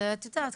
אבל זה את יודעת,